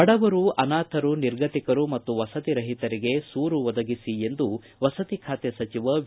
ಬಡವರು ಅನಾಥರು ನಿರ್ಗತಿಕರು ಮತ್ತು ವಸತಿ ರಹಿತರಿಗೆ ಸೂರು ಒದಗಿಸಿ ಎಂದು ವಸತಿ ಖಾತೆ ಸಚಿವ ವಿ